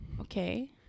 Okay